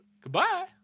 Goodbye